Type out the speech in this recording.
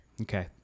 Okay